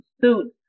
suit